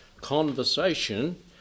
conversation